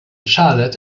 charlotte